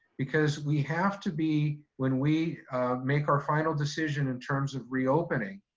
because we have to be, when we make our final decision, in terms of reopening,